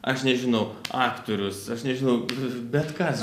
aš nežinau aktorius aš nežinau bet kas